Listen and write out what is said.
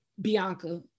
Bianca